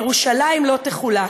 ירושלים לא תחולק,